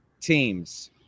teams